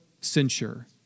censure